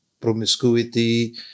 Promiscuity